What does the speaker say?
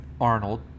Arnold